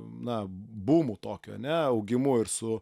na bumu tokiu ane augimu ir su